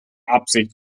absicht